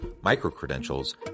micro-credentials